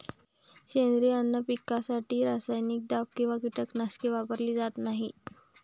सेंद्रिय अन्न पिकवण्यासाठी रासायनिक दाब किंवा कीटकनाशके वापरली जात नाहीत